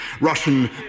Russian